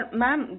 ma'am